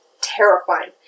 terrifying